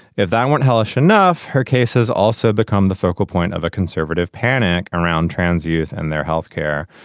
if that weren't hellish enough her case has also become the focal point of a conservative panic around trans youth and their health care.